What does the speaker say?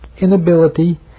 inability